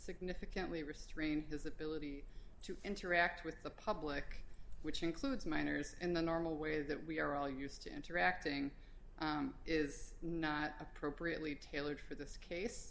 significantly restrain his ability to interact with the public which includes minors in the normal way that we are all used to interacting is not appropriately tailored for this case